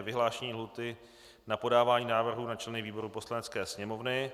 Vyhlášení lhůty na podávání návrhů na členy výborů Poslanecké sněmovny